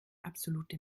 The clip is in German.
absolute